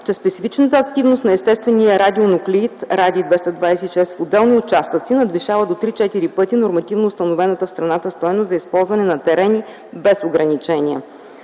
че специфичната активност на естествения радионуклеид радий-226 в отделни участъци надвишава до 3-4 пъти нормативно установената в страната стойност за използване на терени без ограничения.